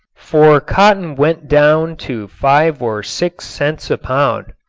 for cotton went down to five or six cents a pound.